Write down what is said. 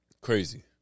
Crazy